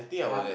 I'm